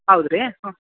ಹೌದಾ ರೀ ಹಾಂ